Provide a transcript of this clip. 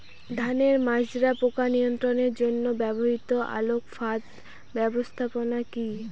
ধানের মাজরা পোকা নিয়ন্ত্রণের জন্য ব্যবহৃত আলোক ফাঁদ ব্যবস্থাপনা কি?